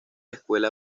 escuela